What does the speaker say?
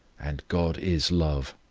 and god is love.